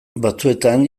batzuetan